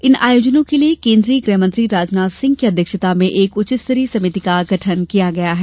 इन आयोजनों के लिए केन्द्रीय गृह मंत्री राजनाथ सिंह की अध्यक्षता में एक उच्चस्तरीय समिति का गठन किया गया है